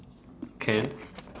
can